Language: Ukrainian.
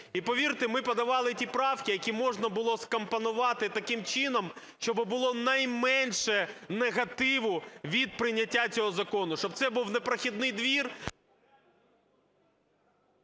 І повірте, ми подавали ті правки, які можна було скомпонувати таким чином, щоби було найменше негативу від прийняття цього закону, щоб це був не прохідний двір…